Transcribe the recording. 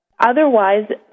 Otherwise